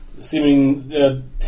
seeming